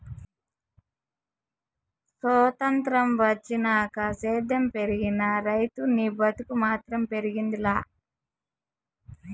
సొత్రంతం వచ్చినాక సేద్యం పెరిగినా, రైతనీ బతుకు మాత్రం ఎదిగింది లా